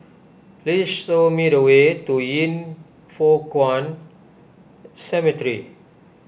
please show me the way to Yin Foh Kuan Cemetery